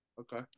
Okay